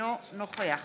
אינו נוכח